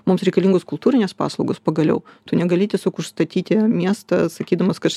mums reikalingos kultūrinės paslaugos pagaliau tu negali tiesiog užstatyti miestą sakydamas kad štai